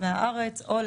מה בין החקיקה הזאת לבין